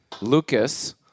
Lucas